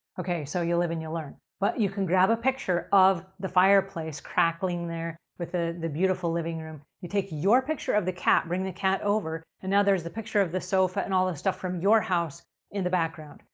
okay so, you'll live, and you'll learn. but you can grab a picture of the fireplace crackling there with ah the beautiful living room. you take your picture of the cat, bring the cat over and now there's the picture of the sofa and all this stuff from your house in the background.